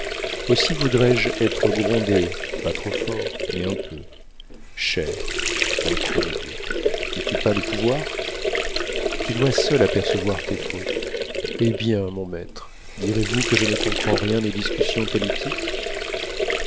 aussi voudrais-je être grondée pas trop fort mais un peu cher entre nous deux n'es-tu pas le pouvoir tu dois seul apercevoir tes fautes eh bien mon maître diriez-vous que je ne comprends rien aux discussions politiques